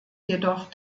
jedoch